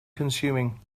consuming